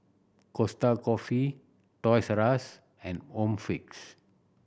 Costa Coffee Toys R Us and Home Fix